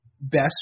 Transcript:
best